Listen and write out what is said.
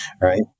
right